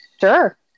sure